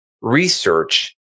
research